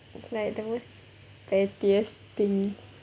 it's like the most pettiest thing